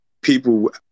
people